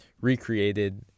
recreated